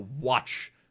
watch